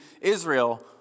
Israel